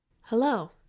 Hello